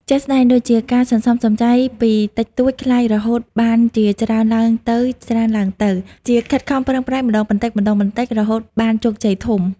ជាក់ស្ដែងដូចជា ការសន្សំសំចៃពីតិចតួចក្លាយរហូតបានជាច្រើនទ្បើងទៅៗ ជាខិតខំប្រឹងប្រែងម្តងបន្តិចៗរហូតបានជោគជ័យធំ។